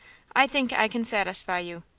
i think i can satisfy you.